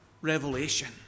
revelation